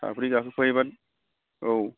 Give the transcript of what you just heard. साब्रै गाखोफायोबा औ